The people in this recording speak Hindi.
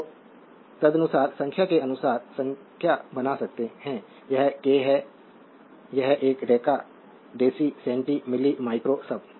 तो तदनुसार संख्या के अनुसार संख्या बना सकते हैं यह k है तो ये है deca deci centi milli micro सब